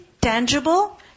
tangible